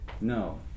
No